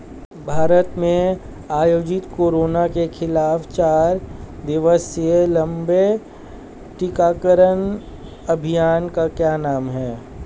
भारत में आयोजित कोरोना के खिलाफ चार दिवसीय लंबे टीकाकरण अभियान का क्या नाम है?